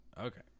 Okay